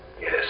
Yes